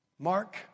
Mark